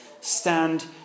Stand